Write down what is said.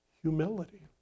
Humility